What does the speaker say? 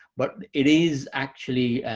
but it is actually,